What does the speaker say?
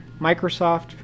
microsoft